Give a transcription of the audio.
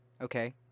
okay